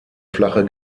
flache